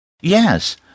Yes